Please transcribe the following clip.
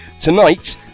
Tonight